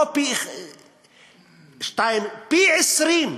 לא פי-שניים, פי-20.